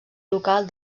local